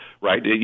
Right